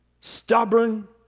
stubborn